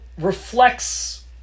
reflects